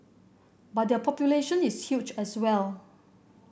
but their population is huge as well